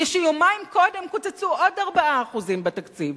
כשיומיים קודם קוצצו עוד 4% בתקציב.